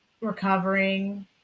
recovering